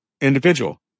individual